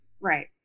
Right